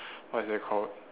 what is that called